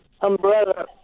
umbrella